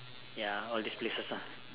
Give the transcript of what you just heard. ya all these places lah